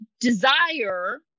Desire